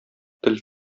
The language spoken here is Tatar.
тел